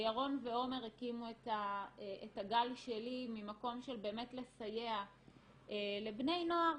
וירון ועומר הקימו את הגל שלי ממקום של לסייע לבני נוער